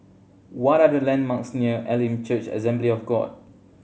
what are the landmarks near Elim Church Assembly of God